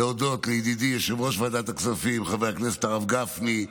להודות לידידי יושב-ראש ועדת הכספים חבר הכנסת הרב גפני,